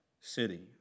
city